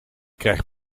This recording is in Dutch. krijg